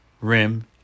rim